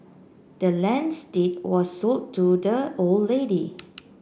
the land's deed were sold to the old lady